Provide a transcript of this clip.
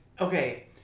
Okay